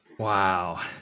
Wow